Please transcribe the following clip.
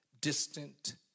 Distant